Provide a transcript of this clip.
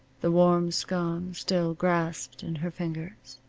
the warm scone still grasped in her fingers.